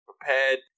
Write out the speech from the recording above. prepared